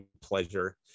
pleasure